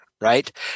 right